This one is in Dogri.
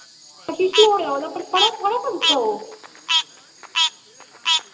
कशिश ऐ ओह्दे उप्पर थुआढ़ा थुआढ़ा पर्स ऐ ओह्